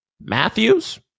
Matthews